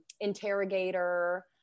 interrogator